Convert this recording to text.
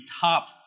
top